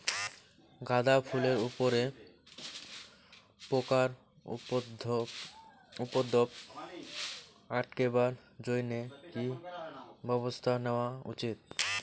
গাঁদা ফুলের উপরে পোকার উপদ্রব আটকেবার জইন্যে কি ব্যবস্থা নেওয়া উচিৎ?